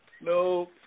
no